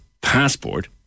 passport